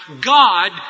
God